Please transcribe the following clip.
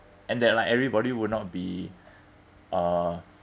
and that like everybody will not be uh